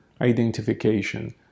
identification